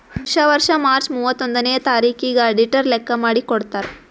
ವರ್ಷಾ ವರ್ಷಾ ಮಾರ್ಚ್ ಮೂವತ್ತೊಂದನೆಯ ತಾರಿಕಿಗ್ ಅಡಿಟರ್ ಲೆಕ್ಕಾ ಮಾಡಿ ಕೊಡ್ತಾರ್